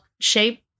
shape